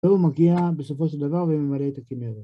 הוא מגיע, בסופו של דבר הוא ימלא את הכנרת